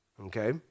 Okay